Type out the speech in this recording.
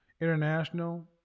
international